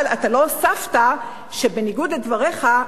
אבל אתה לא הוספת שבניגוד לדבריך,